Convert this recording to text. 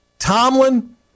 Tomlin